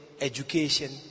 education